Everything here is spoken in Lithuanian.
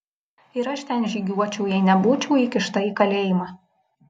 ir aš ten žygiuočiau jei nebūčiau įkišta į kalėjimą